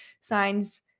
signs